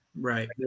Right